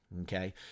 okay